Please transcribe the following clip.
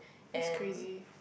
that's crazy